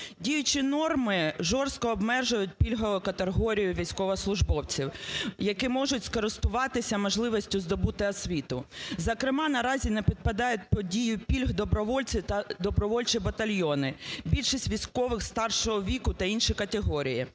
Діючі норми жорстко обмежують пільгову категорію військовослужбовців, які можуть скористуватися можливістю здобути освіту. Зокрема, наразі не підпадають під дію пільг добровольці та добровольчі батальйони, більшість військових старшого віку та інші категорії.